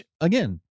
again